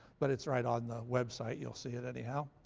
but it's right on the website, you'll see it anyhow.